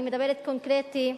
אני מדברת קונקרטית,